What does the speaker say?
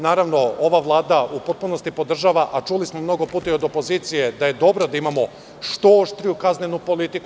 Naravno, ova Vlada u potpunosti podržava, a čuli smo mnogo puta i od opozicije, da je dobro da imamo što oštriju kaznenu politiku.